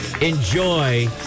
Enjoy